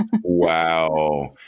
Wow